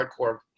hardcore